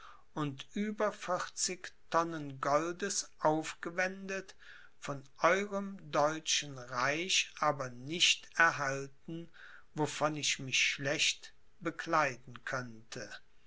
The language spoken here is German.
und über vierzig tonnen goldes aufgewendet von eurem deutschen reich aber nicht erhalten wovon ich mich schlecht bekleiden könnte